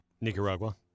Nicaragua